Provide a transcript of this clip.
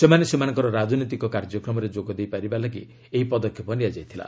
ସେମାନେ ସେମାନଙ୍କର ରାଜନୈତିକ କାର୍ଯ୍ୟକ୍ରମରେ ଯୋଗଦେଇ ପାରିବା ଲାଗି ଏହି ପଦକ୍ଷେପ ନିଆଯାଇଥିଲା